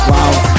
Wow